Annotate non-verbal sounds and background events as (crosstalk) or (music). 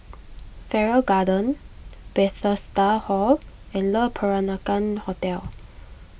Farrer Garden Bethesda Hall and Le Peranakan Hotel (noise)